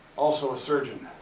also a surgeon.